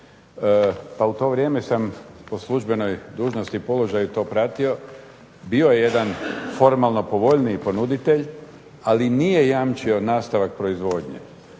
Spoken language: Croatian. Pa u to vrijeme sam po službenoj dužnosti i položaju to pratio, bio je jedan formalno povoljniji ponuditelj, ali nije jamčio nastavak proizvodnje